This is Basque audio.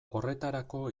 horretarako